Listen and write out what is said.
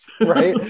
right